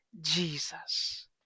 Jesus